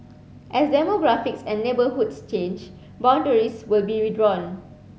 as demographics and neighbourhoods change boundaries will be redrawn